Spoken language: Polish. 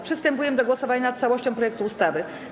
Przystępujemy do głosowania nad całością projektu ustawy.